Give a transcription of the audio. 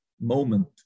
moment